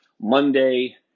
Monday